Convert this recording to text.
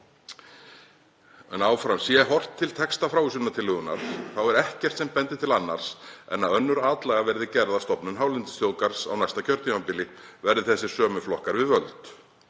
stefni. Sé horft til texta frávísunartillögunnar, þá er ekkert sem bendir til annars en að önnur atlaga verði gerð að stofnun hálendisþjóðgarðs á næsta kjörtímabili verði þessir sömu flokkar við völd.